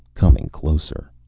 coming closer.